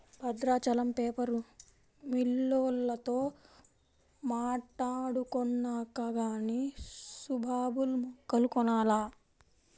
Bhadrachalam paper మిల్లోల్లతో మాట్టాడుకొన్నాక గానీ సుబాబుల్ మొక్కలు కొనాల